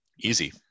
easy